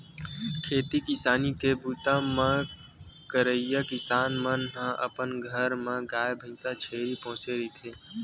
खेती किसानी के बूता करइया किसान मन ह अपन घर म गाय, भइसी, छेरी पोसे रहिथे